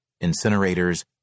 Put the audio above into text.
incinerators